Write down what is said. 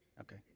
Okay